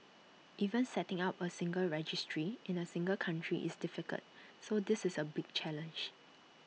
even setting up A single registry in A single country is difficult so this is A big challenge